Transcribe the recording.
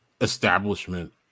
establishment